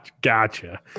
Gotcha